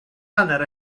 hanner